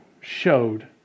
showed